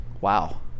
Wow